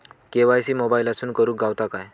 KYC मोबाईलातसून करुक गावता काय?